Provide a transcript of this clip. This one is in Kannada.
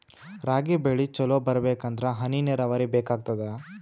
ರಾಗಿ ಬೆಳಿ ಚಲೋ ಬರಬೇಕಂದರ ಹನಿ ನೀರಾವರಿ ಬೇಕಾಗತದ?